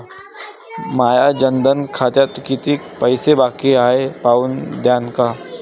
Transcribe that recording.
माया जनधन खात्यात कितीक पैसे बाकी हाय हे पाहून द्यान का?